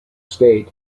state